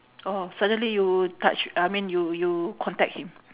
oh suddenly you touch I mean you you contact him